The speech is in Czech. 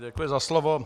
Děkuji za slovo.